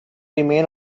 remain